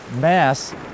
mass